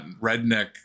redneck